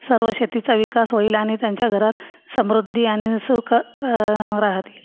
सर्व शेतीचा विकास होईल आनि त्यांच्या घरात समृद्दी आनि सुखं राहतील